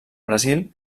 brasil